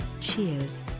Cheers